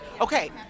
Okay